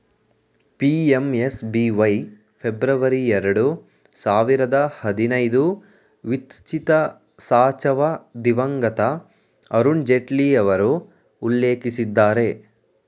PMSBY February ಎರಡು ಸಾವಿರದ ಹದಿನೈದು ವಿತ್ಚಿತಸಾಚವ ದಿವಂಗತ ಅರುಣ್ ಜೇಟ್ಲಿಯವರು ಉಲ್ಲೇಖಿಸಿದ್ದರೆ